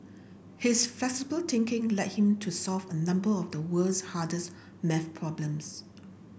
his flexible thinking led him to solve a number of the world's hardest math problems